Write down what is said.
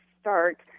start